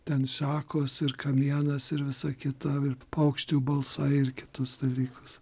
ten šakos ir kamienas ir visa kita ir paukščių balsai ir kitus dalykus